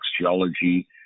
geology